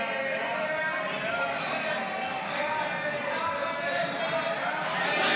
ההצעה להעביר לוועדה את הצעת חוק הפיקוח על מעונות יום לפעוטות (תיקון,